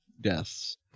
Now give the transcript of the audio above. deaths